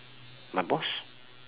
my boss